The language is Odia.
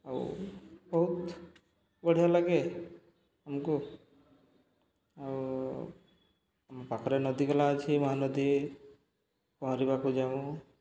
ଆଉ ବହୁତ ବଢ଼ିଆ ଲାଗେ ଆମକୁ ଆଉ ଆମ ପାଖରେ ନଦୀଗଲା ଅଛି ମହାନଦୀ ପହଁରିବାକୁ ଯାଉ